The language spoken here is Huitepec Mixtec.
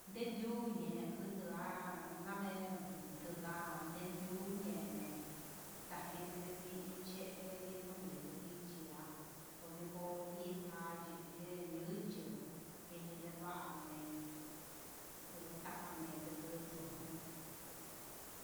Ndendu yee kutu'á, ndamen tundan ndé ndendio ndemen tajeme mii ché yuku ni'ó ichi'á, oduko itá yee niú ucho kenii ndeva'a me'en nduku taka me'en, nduku yuu nú.